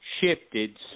shifted